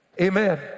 Amen